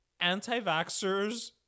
anti-vaxxers